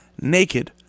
naked